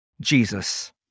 Jesus